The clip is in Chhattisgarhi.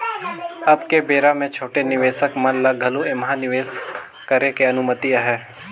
अब के बेरा मे छोटे निवेसक मन ल घलो ऐम्हा निवेसक करे के अनुमति अहे